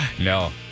No